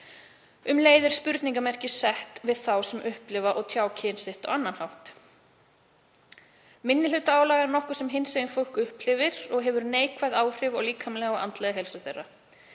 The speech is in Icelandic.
Um leið er spurningamerki sett við þá sem upplifa og tjá kyn sitt á annan hátt. Minnihlutaálag er nokkuð sem hinsegin fólk upplifir og hefur neikvæð áhrif á líkamlega og andlega heilsu þeirra.